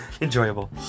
Enjoyable